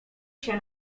się